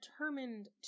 determined